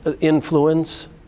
influence